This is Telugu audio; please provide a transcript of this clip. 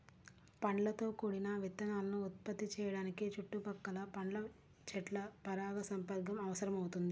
పండ్లతో కూడిన విత్తనాలను ఉత్పత్తి చేయడానికి చుట్టుపక్కల పండ్ల చెట్ల పరాగసంపర్కం అవసరమవుతుంది